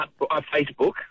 Facebook